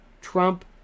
Trump